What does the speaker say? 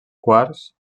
quars